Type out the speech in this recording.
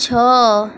ଛଅ